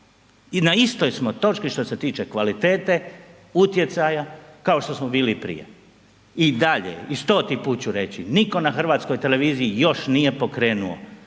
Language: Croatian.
I na istoj smo točki što se tiče kvalitete, utjecaja, kao što smo bili i prije. I dalje, i stoti put ću reći, nitko na HRT-u još nije pokrenuo